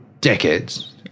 decades